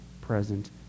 present